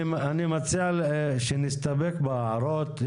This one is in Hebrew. אני מציע שנסתפק בהערות.